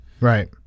Right